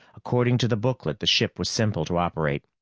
according to the booklet, the ship was simple to operate.